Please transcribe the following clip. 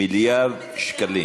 מיליארד שקלים.